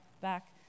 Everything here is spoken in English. back